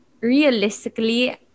realistically